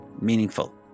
meaningful